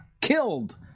killed